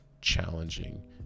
challenging